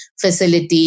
facility